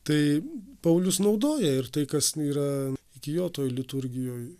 tai paulius naudoja ir tai kas yra iki jo toj liturgijoj